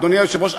אדוני היושב-ראש.